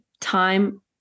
time